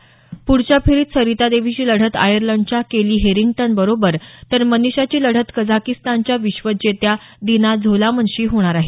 प्ढच्या फेरीत सरिता देवीची लढत आयर्लंडच्या केली हेरिंग्टन बरोबर तर मनिषाची लढत कझाकिस्तानच्या विश्वविजेत्या दिना झोलामनशी होणार आहे